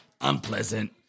unpleasant